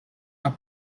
are